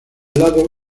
lado